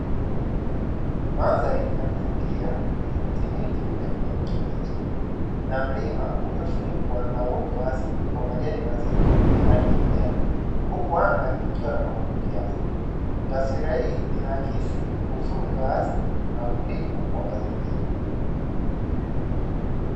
Mandhari ya kuvutia yenye miti mingi ya kijani kibichi na mlima uliofunikwa na uoto wa asili wa majani mazito ya rangi ya kijani, huku anga ikiwa na mawingu kiasi. Taswira hii inaakisi uzuri wa asili na utulivu wa mazingira.